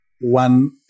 one